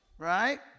Right